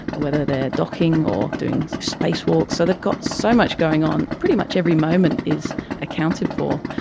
whether they are docking or doing space walks, so they've got so much going on. pretty much every moment is accounted for.